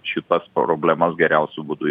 šitas problemas geriausiu būdu